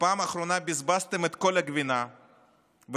בפעם האחרונה בזבזתם את כל הגבינה והשארתם